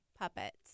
puppets